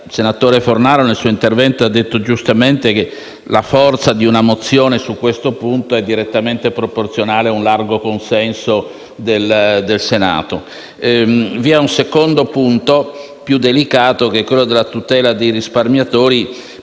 il senatore Fornaro nel suo intervento ha giustamente detto che la forza di una mozione su questo punto è direttamente proporzionale all'ampiezza del consenso del Senato. Vi è un secondo punto, più delicato, che concerne la tutela del risparmiatori,